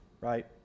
right